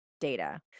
data